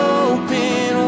open